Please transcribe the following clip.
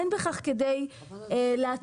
אין בכך כדי לעצור.